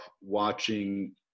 watching